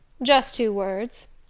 just two words.